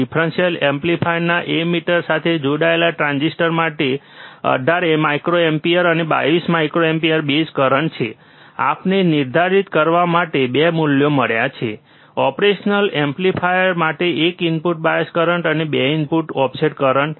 differential એમ્પ્લીફાયરના emitter સાથે જોડાયેલા ટ્રાન્ઝિસ્ટર માટે તે 18 માઇક્રોઆમ્પીયર અને 22 માઇક્રોએમ્પીયર બેઝ કરંટ છે આપણે નિર્ધારિત કરવા માટે 2 મૂલ્યો મળ્યા છે ઓપરેશનલ એમ્પ્લીફાયર માટે એક ઇનપુટ બાયસ કરંટ અને 2 ઇનપુટ ઓફસેટ કરંટ